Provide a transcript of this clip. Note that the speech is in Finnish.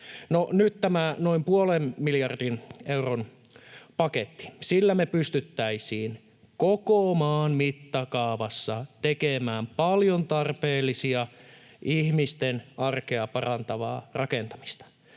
on tämä noin puolen miljardin euron paketti. Sillä me pystyttäisiin koko maan mittakaavassa tekemään paljon tarpeellista, ihmisten arkea parantavaa rakentamista.